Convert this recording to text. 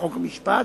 חוק ומשפט,